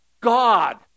God